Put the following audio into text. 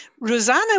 Rosanna